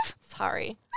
Sorry